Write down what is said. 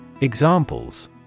Examples